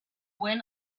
when